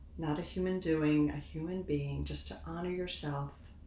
not a human doing, a human being. just to honor yourself